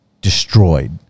destroyed